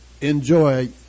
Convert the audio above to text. enjoy